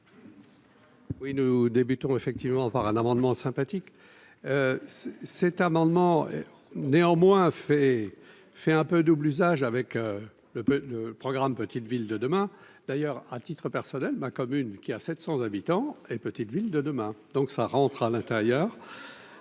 Oui, nous débutons effectivement par un amendement sympathique cet amendement néanmoins fait fait un peu double usage avec le peu de programme Petites Villes de demain, d'ailleurs, à titre personnel, ma commune qui a 700 habitants et Petites Villes de demain, donc ça rentre à l'intérieur